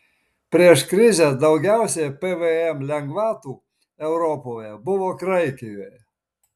prieš krizę daugiausiai pvm lengvatų europoje buvo graikijoje